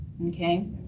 Okay